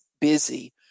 busy